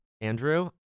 Andrew